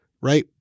right